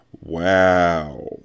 Wow